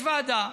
יש ועדה.